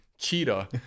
cheetah